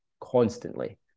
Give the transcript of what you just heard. constantly